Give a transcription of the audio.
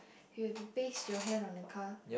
you have to paste your hand on a car